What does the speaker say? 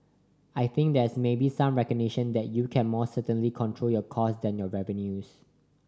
I think there's maybe some recognition that you can more certainly control your costs than your revenues